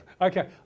Okay